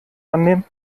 annehmen